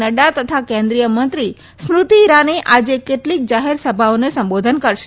નડૃા તથા કેન્દ્રિય મંત્રી સ્મૃતિ ઇરાની આજે કેટલીક જાહેર સભાઓ સંબોધશે